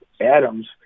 Adams